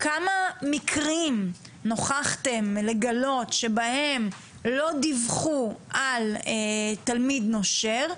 כמה מקרים נוכחתם לגלות שבהם לא דיווחו על תלמיד נושר,